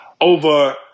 over